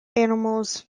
animals